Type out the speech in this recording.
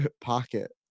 pocket